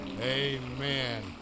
Amen